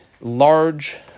large